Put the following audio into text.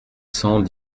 cent